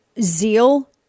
zeal